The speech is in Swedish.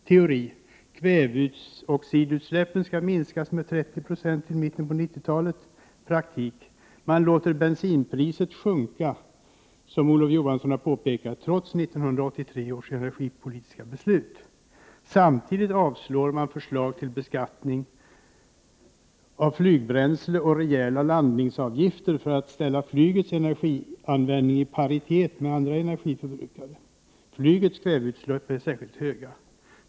Teori: Kväveoxidutsläppen skall minskas med 30 90 fram till mitten av 90-talet. Praktik: Man låter, som Olof Johansson har påpekat, bensinpriset sjunka, trots 1983 års energipolitiska beslut. Samtidigt avslår man förslag om beskattning av flygbränsle och rejäla landningsavgifter i syfte att ställa flygets energianvändning i paritet med andra energiförbrukares energianvändning. Flygets kväveutsläpp är särskilt höga.